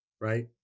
right